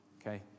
okay